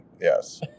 Yes